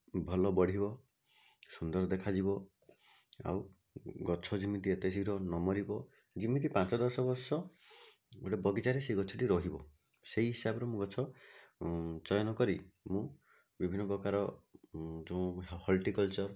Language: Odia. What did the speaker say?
ଭଲ ବଢ଼ିବ ସୁନ୍ଦର ଦେଖାଯିବ ଆଉ ଗଛ ଯେମିତି ଏତେ ଶୀଘ୍ର ନ ମରିବ ଯେମିତି ପାଞ୍ଚ ଦଶବର୍ଷ ଗୋଟେ ବଗିଚାରେ ସେଇ ଗଛଟି ରହିବ ସେଇ ହିସାବରେ ମୁଁ ଗଛ ଚୟନ କରି ମୁଁ ବିଭିନ୍ନ ପ୍ରକାର ଯେଉଁ ହର୍ଟିକଲଚର୍